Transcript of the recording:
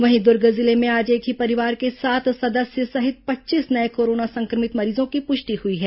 वहीं दूर्ग जिले में आज एक ही परिवार के सात सदस्य सहित पच्चीस नये कोरोना संक्रमित मरीजों की पुष्टि हुई है